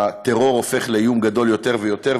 הטרור הופך לאיום גדול יותר ויותר,